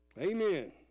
Amen